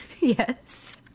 Yes